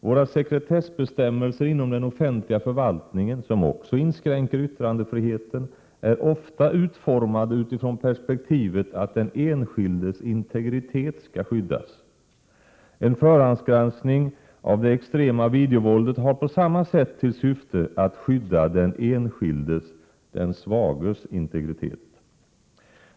Våra sekretessbestämmelser inom den offentliga förvaltningen, som också inskränker yttrandefriheten, är ofta utformade utifrån perspektivet att den enskildes integritet skall skyddas. En förhandsgranskning av det extrema videovåldet har på samma sätt till syfte att skydda den enskildes, den svages, integritet.